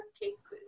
cases